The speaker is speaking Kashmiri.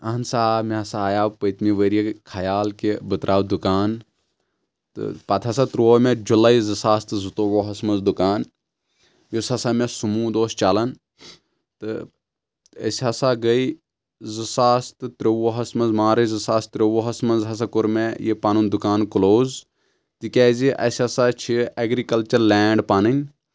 اہن سا آ مےٚ ہسا آیو پٔتمہِ ؤرۍ یہِ یہِ خیال کہِ بہٕ ترٛاو دُکان تہٕ پتہٕ ہسا تروو مےٚ جُلاے زٕ ساس تہٕ زٕتووُہس منٛز دُکان یُس ہسا مےٚ سموٗد اوس چلان تہٕ أسۍ ہسا گٔے زٕ ساس تہٕ ترٛۆوَس منٛز مارٕچ زٕ ساس ترٛۆوُہس منٛز ہسا کوٚر مےٚ یہِ پنُن دُکان کلوز تِکیازِ اَسہِ ہسا چھِ اؠگرِکلچر لینٛڈ پنٕنۍ